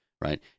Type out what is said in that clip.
right